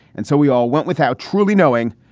and so we all went without truly knowing.